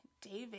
David